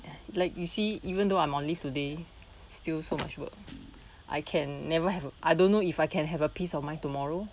like you see even though I'm on leave today still so much work I can never have I don't know if I can have a peace of mind tomorrow